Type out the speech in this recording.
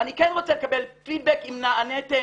ואני כן רוצה לקבל פידבק אם נעניתם,